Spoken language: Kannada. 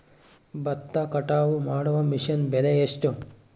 ಭತ್ತ ಕಟಾವು ಮಾಡುವ ಮಿಷನ್ ಬೆಲೆ ಎಷ್ಟು?